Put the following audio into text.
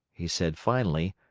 he said finally,